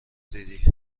دیدی